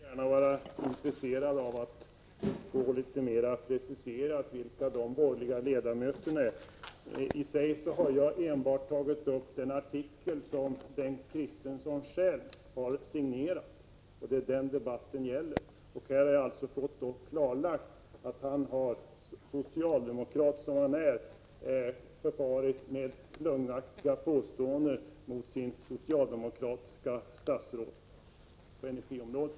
Herr talman! Jag skulle gärna se att vi kunde få litet mera preciserat vilka de borgerliga ledamöterna är. I och för sig har jag enbart tagit upp den artikel som Bengt Christersson själv har signerat. Det är den debatten gäller, och här har jag alltså fått klarlagt att han, socialdemokrat som han är, har farit med lögnaktiga påståenden mot sitt socialdemokratiska statsråd på energiområdet.